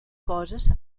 coses